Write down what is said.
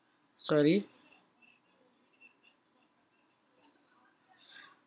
sorry